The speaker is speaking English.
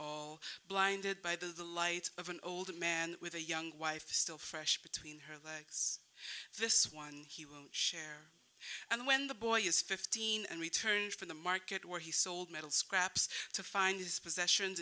all blinded by the light of an old man with a young wife still fresh between her legs this one he will share and when the boy is fifteen and returned from the market where he sold metal scraps to find his possessions